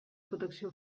protecció